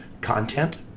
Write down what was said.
content